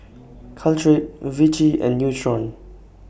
Caltrate Vichy and Nutren